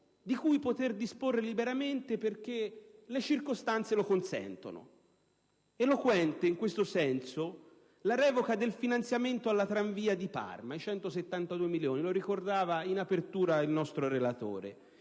di cui poter disporre liberamente, perché le circostanze lo consentono. Eloquente in questo senso la revoca del finanziamento alla tramvia di Parma, per 172 milioni (lo ricordava in apertura il nostro relatore),